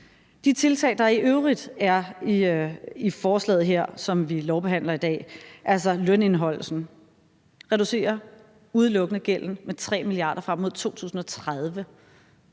De tiltag, der i øvrigt er i forslaget her, som vi lovbehandler i dag, altså lønindeholdelsen, reducerer udelukkende gælden med 3 mia. kr. frem mod 2030